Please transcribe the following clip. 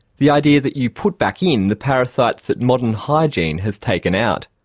the idea that you put back in the parasites that modern hygiene has taken out.